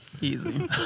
Easy